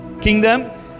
kingdom